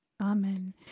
Amen